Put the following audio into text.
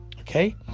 okay